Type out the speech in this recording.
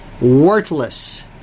Worthless